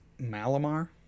Malamar